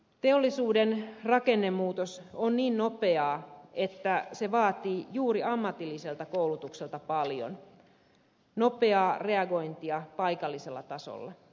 teollisuuden rakennemuutos on niin nopeaa että se vaatii juuri ammatilliselta koulutukselta paljon nopeaa reagointia paikallisella tasolla